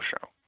show